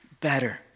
better